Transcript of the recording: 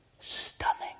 stunning